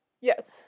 Yes